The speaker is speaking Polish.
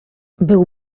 był